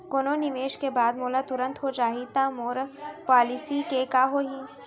कोनो निवेश के बाद मोला तुरंत हो जाही ता मोर पॉलिसी के का होही?